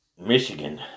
Michigan